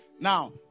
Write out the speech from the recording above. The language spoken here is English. Now